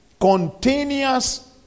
Continuous